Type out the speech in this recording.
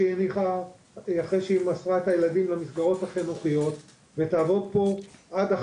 אני מציע שהצוות שלך יבדוק ותראי שחברות